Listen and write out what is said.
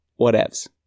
whatevs